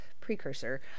precursor